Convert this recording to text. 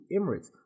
Emirates